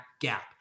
gap